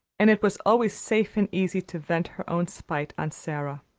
and it was always safe and easy to vent her own spite on sara.